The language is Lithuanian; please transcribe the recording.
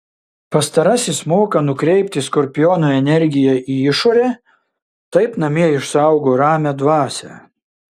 pastarasis moka nukreipti skorpiono energiją į išorę taip namie išsaugo ramią dvasią